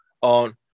on